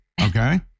okay